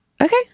Okay